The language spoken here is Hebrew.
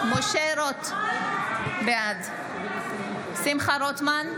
רוט, בעד שמחה רוטמן,